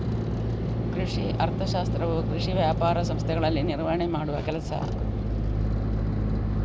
ಕೃಷಿ ಅರ್ಥಶಾಸ್ತ್ರವು ಕೃಷಿ ವ್ಯಾಪಾರ ಸಂಸ್ಥೆಗಳಲ್ಲಿ ನಿರ್ವಹಣೆ ಮಾಡುವ ಕೆಲಸ